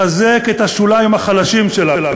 חזק את השוליים החלשים שלה.